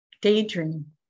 Daydream